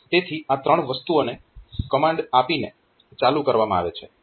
તેથી આ ત્રણ વસ્તુઓને કમાન્ડ આપીને ચાલુ કરવામાં આવે છે